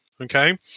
okay